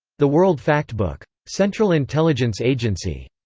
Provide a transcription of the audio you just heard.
the world factbook. central intelligence agency.